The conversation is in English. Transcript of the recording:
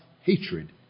hatred